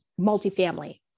multifamily